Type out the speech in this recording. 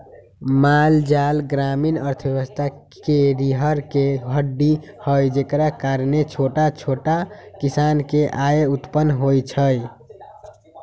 माल जाल ग्रामीण अर्थव्यवस्था के रीरह के हड्डी हई जेकरा कारणे छोट छोट किसान के आय उत्पन होइ छइ